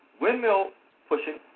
windmill-pushing